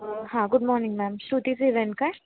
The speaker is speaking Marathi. हां good morning ma'am Shruti's event काय